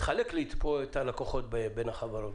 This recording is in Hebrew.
חלק לי כאן את הלקוחות בין החברות,